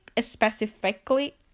specifically